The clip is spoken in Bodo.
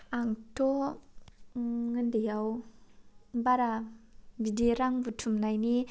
आंथ' उन्दैयाव बारा बिदि रां बुथुमनायनि